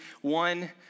one